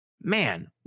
Man